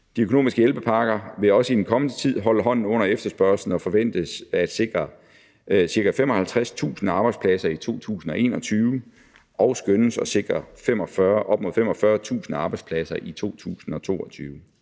De økonomiske hjælpepakker vil også i den kommende tid holde hånden under efterspørgslen og forventes at sikre ca. 55.000 arbejdspladser i 2021 og skønnes at sikre op mod 45.000 arbejdspladser i 2022.